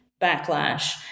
backlash